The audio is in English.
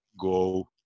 go